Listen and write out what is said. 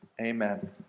Amen